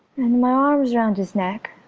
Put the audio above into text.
and my arms round his neck,